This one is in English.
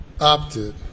opted